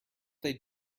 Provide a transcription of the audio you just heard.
they